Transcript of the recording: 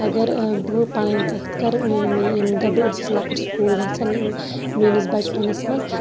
اگر بہٕ پَنٕنۍ کَتھ کَرٕ ییٚمہِ دۄہ بہٕ ٲسٕس لۄکٕٹ سکوٗل گژھان میٛٲنِس بَچپَنَس منٛز